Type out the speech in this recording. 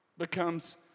Becomes